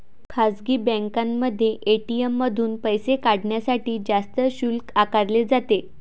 खासगी बँकांमध्ये ए.टी.एम मधून पैसे काढण्यासाठी जास्त शुल्क आकारले जाते